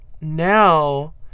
now